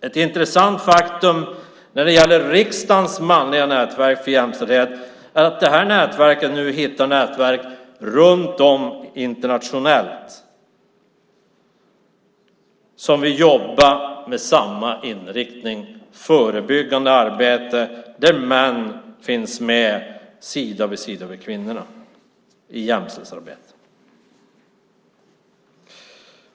Ett intressant faktum när det gäller riksdagens manliga nätverk för jämställdhet är att detta nätverk nu hittar andra nätverk runt om, internationellt, som vill jobba med samma inriktning - förebyggande arbete där män finns med i jämställdhetsarbetet sida vid sida med kvinnorna.